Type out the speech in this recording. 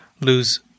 lose